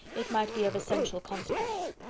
it might be of essential consequence.